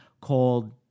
called